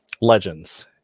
legends